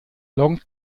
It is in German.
long